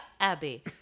Abby